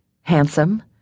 Handsome